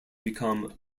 become